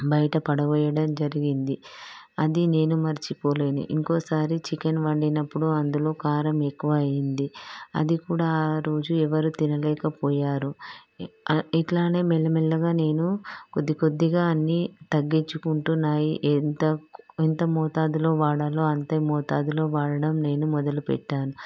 బయట పడవేయడం జరిగింది అది నేను మర్చిపోలేను ఇంకోసారి చికెన్ వండినప్పుడు అందులో కారం ఎక్కువ అయింది అది కూడా ఆ రోజు ఎవరు తినలేకపోయారు ఇట్లానే మెల్లమెల్లగా నేను కొద్ది కొద్దిగా అన్ని తగ్గించుకుంటున్నాయి ఎంత ఎంత మోతాదులో వాడాలో అంతే మోతాదులో వాడడం నేను మొదలు పెట్టాను